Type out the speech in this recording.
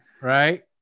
Right